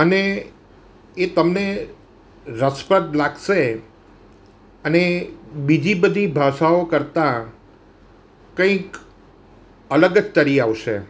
અને એ તમને રસપ્રદ લાગશે અને બીજી બધી ભાષાઓ કરતાં કંઈક અલગ જ તરી આવશે